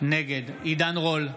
נגד עידן רול,